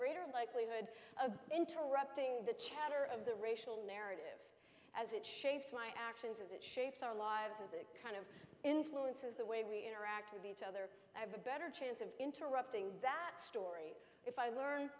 greater likelihood of interrupting the chatter of the racial narrative as it shapes my actions as it shapes our lives as a kind of influences the way we interact with each other i have a better chance of interrupting that story if i learn